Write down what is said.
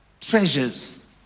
treasures